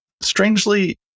Strangely